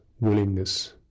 willingness